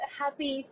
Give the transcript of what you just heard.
happy